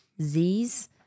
Zs